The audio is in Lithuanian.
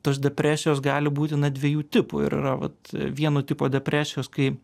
tos depresijos gali būti na dviejų tipų ir yra vat vieno tipo depresijos kai